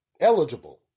Eligible